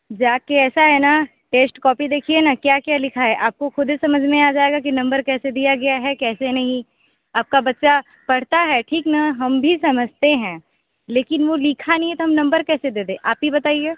जाकर ऐसा है ना टेश्ट कॉपी देखिए ना क्या क्या लिखा है आपको ख़ुद ही समझ में आ जाएगा कि नम्बर कैसे दिया गया है कैसे नहीं आपका बच्चा पढ़ता है ठीक ना हम भी समझते हैं लेकिन वो लिखा नहीं है तो हम नंबर कैसे दे दें आप ही बताइए